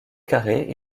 carrée